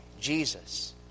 Jesus